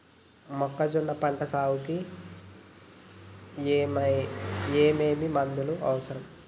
మొక్కజొన్న పంట సాగుకు ఏమేమి మందులు అవసరం?